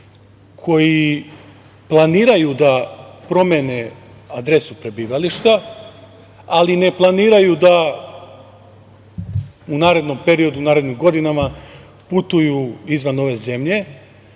koji planiraju da promene adresu prebivališta, ali ne planiraju da u narednom periodu, narednim godinama putuju izvan ove zemlje,